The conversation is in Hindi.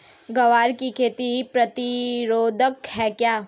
ग्वार की खेती सूखा प्रतीरोधक है क्या?